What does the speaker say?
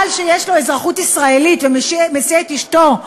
בעל שיש לו אזרחות ישראלית ומסיע את אשתו,